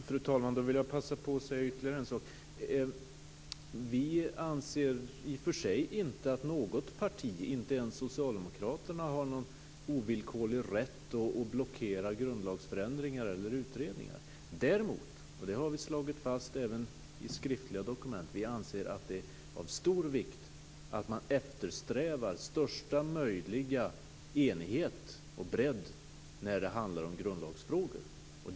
Fru talman! Då vill jag passa på att säga ytterligare en sak. Vi anser i och för sig inte att något parti - inte ens Socialdemokraterna - har någon ovillkorlig rätt att blockera grundlagsförändringar eller utredningar. Däremot - det har vi slagit fast även i skriftliga dokument - anser vi att det är av stor vikt att man eftersträvar största möjliga enighet och bredd när det handlar om grundlagsfrågor.